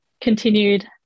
continued